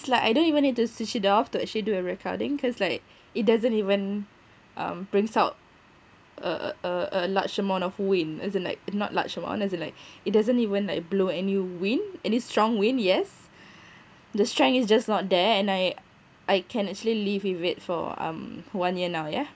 like I don't even need to switch it off to actually do a recording cause like it doesn't even um brings out a a a a large amount of wind as in like not large amount as in like it doesn't even like blow any wind any strong wind yes the strength is just not there and I I can actually live with it for um one year now yeah